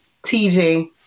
TJ